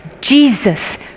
Jesus